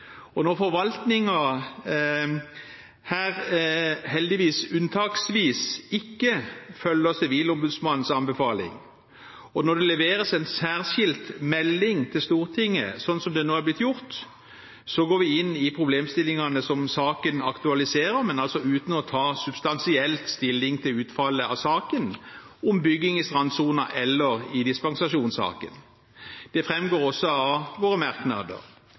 Stortinget. Når forvaltningen – heldigvis unntaksvis – ikke følger Sivilombudsmannens anbefaling, og når det leveres en særskilt melding til Stortinget, slik det nå er blitt gjort, så går vi inn i problemstillingene som saken aktualiserer, men altså uten å ta substansielt stilling til utfallet av saken om bygging i strandsonen eller i dispensasjonssaken. Det framgår også av våre merknader.